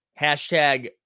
hashtag